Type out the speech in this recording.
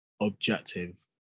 objective